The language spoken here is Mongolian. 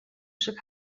шиг